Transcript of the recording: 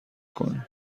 کنی